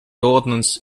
ordnance